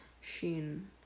sheen